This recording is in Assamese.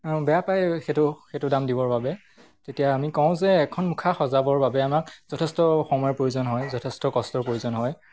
বেয়া পায় সেইটো সেইটো দাম দিবৰ বাবে তেতিয়া আমি কওঁ যে এখন মুখা সজাবৰ বাবে আমাক যথেষ্ট সময়ৰ প্ৰয়োজন হয় যথেষ্ট কষ্টৰ প্ৰয়োজন হয়